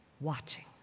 watching